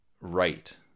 right